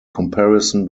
comparison